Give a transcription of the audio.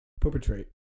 Perpetrate